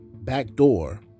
backdoor